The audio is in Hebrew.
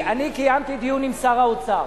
ואז אני קיימתי דיון עם שר האוצר,